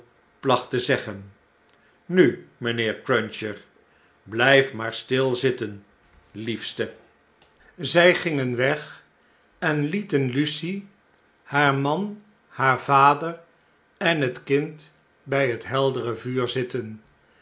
plachtte zeggen nu mynheer cruncher blyf maar stil zitten liefstel zy gingen weg en lieten lucie haar man haar vader en het kind by het heldere vuur zitten